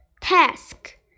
task